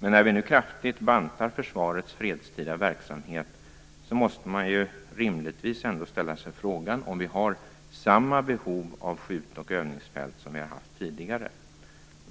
Men när vi nu kraftigt bantar försvarets fredstida verksamhet måste rimligtvis frågan ställas om vi har samma behov av skjut och övningsfält som vi tidigare haft.